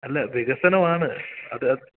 അല്ല വികസനമാണ് അത് അ